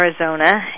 Arizona